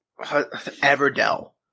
Everdell